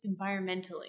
environmentally